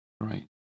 right